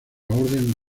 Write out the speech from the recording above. orden